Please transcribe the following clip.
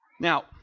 Now